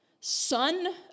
son